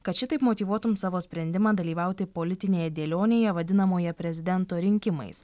kad šitaip motyvuotum savo sprendimą dalyvauti politinėje dėlionėje vadinamoje prezidento rinkimais